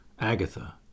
Agatha